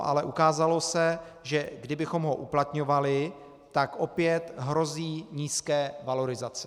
Ale ukázalo se, že kdybychom ho uplatňovali, tak opět hrozí nízké valorizace.